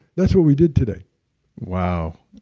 that's what we did today wow.